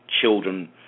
children